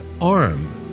arm